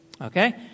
Okay